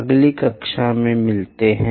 अगली कक्षा में मिलते हैं